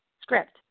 script